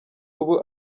ubu